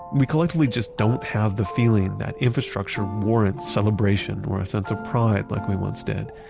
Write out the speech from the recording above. we collectively just don't have the feeling that infrastructure warrants celebration or a sense of pride like we once did.